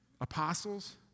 apostles